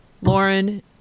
Lauren